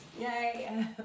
Yay